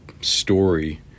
story